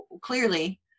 clearly